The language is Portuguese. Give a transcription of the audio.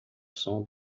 som